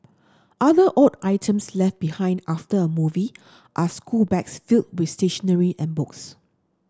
other odd items left behind after a movie are schoolbags filled with stationery and books